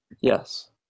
Yes